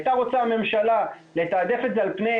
הייתה רוצה הממשלה לתעדף את זה על פני